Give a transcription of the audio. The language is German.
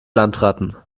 landratten